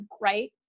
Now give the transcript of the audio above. right